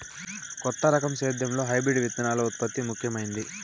కొత్త రకం సేద్యంలో హైబ్రిడ్ విత్తనాల ఉత్పత్తి ముఖమైంది